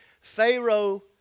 Pharaoh